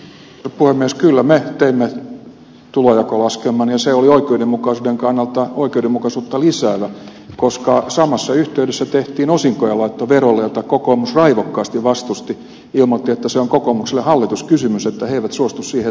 kyllä me teimme tulonjakolaskelman ja se oli oikeudenmukaisuuden kannalta oikeudenmukaisuutta lisäävä koska samassa yhteydessä tehtiin osinkojen laitto verolle jota kokoomus raivokkaasti vastusti ilmoitti että se on kokoomukselle hallituskysymys että he eivät suostu siihen että osinkoja verotetaan